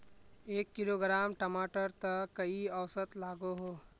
एक किलोग्राम टमाटर त कई औसत लागोहो?